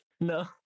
no